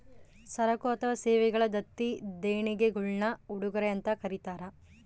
ಸರಕು ಅಥವಾ ಸೇವೆಗಳ ದತ್ತಿ ದೇಣಿಗೆಗುಳ್ನ ಉಡುಗೊರೆ ಅಂತ ಕರೀತಾರ